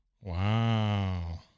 Wow